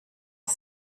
der